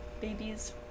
babies